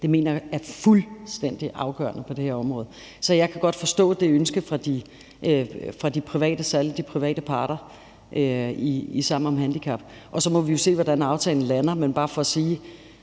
mener jeg er fuldstændig afgørende på det her område. Så jeg kan godt forstå det ønske fra særlig de private parter i Sammen om handicap. Og så må vi jo se, hvordan aftalen lander. Men det er bare for at sige: